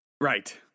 Right